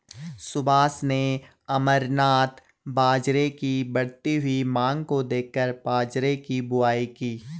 सुभाष ने अमरनाथ बाजरे की बढ़ती हुई मांग को देखकर बाजरे की बुवाई की